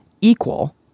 equal